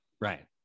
Right